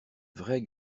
vraie